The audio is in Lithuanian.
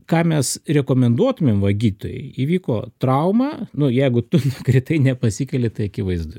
ką mes rekomenduotumėm va gydytojai įvyko trauma nu jeigu tu kritai nepasikeli tai akivaizdu